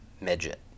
Midget